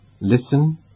Listen